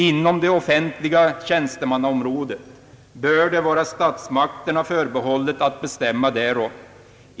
Inom det offentliga tjänstemannaområdet bör det vara statsmakterna förbehållet att bestämma därom.